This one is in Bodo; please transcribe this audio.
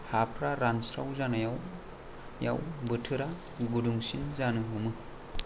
हाफ्रा रानस्राव जानायाव याव बोथोरा गुदुंसिन जानो हमो